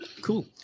Cool